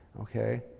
okay